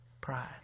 Pride